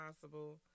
possible